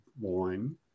wine